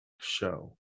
show